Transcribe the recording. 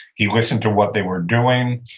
he listened to what they were doing.